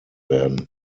werden